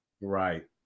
Right